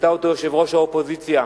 וציטטה אותו יושבת-ראש האופוזיציה,